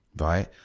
right